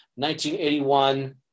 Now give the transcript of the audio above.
1981